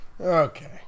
Okay